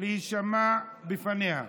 להישמע בפניה.